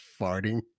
farting